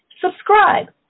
Subscribe